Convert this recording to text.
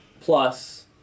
Plus